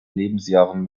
lebensjahren